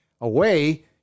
away